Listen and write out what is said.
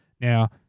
Now